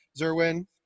Zerwin